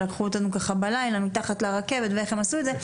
ולקחו אותנו ככה בלילה מתחת לרכבת ואיך הם עשו את זה.